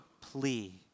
plea